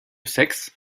sexe